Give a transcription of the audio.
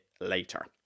later